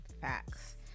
Facts